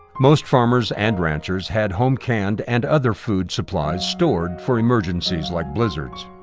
most farmers and ranchers had home canned and other food supplies stored for emergencies like blizzards.